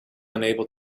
unable